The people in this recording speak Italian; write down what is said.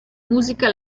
musica